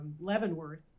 Leavenworth